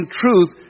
truth